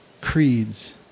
creeds